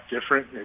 different